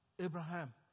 Abraham